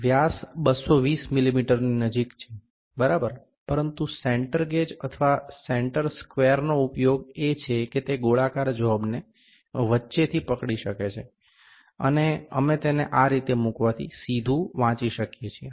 વ્યાસ 220 મીમીની નજીક છે બરાબર પરંતુ સેન્ટર ગેજ અથવા સેન્ટર સ્ક્વેરનો ઉપયોગ એ છે કે તે ગોળાકાર જોબને વચ્ચેથી પકડી શકે છે અને અમે તેને આ રીતે મૂકવાથી સીધુ વાંચી શકીએ છીએ